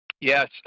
Yes